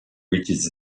reaches